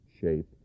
shape